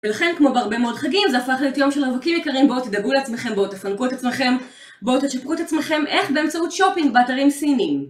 ולכן כמו בהרבה מאוד חגים זה הפך להיות יום של רווקים יקרים בואו תדאגו לעצמכם, בואו תפנקו את עצמכם בואו תצ'פרו את עצמכם איך באמצעות שופינג באתרים סינים